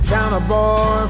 Counterboy